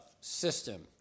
system